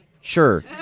Sure